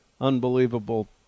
unbelievable